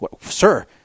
sir